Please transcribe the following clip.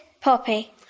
Poppy